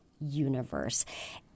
universe